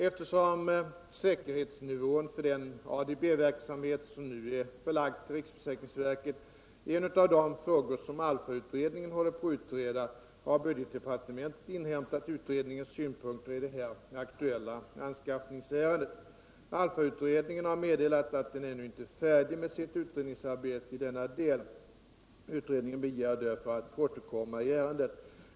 Eftersom säkerhetsnivån för den ADB-verksamhet som nu är förlagd till riksförsäkringsverket är en av de frågor som ALLFA-utredningen håller på att utreda har budgetdepartementet inhämtat utredningens synpunkter i det här aktuella anskaffningsärendet. ALLFA-utredningen har meddelat att den ännu inte är färdig med sitt utredningsarbete i denna del. Utredningen begär därför att få återkomma i ärendet.